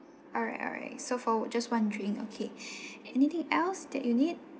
alright alright so for just one drink okay anything else that you need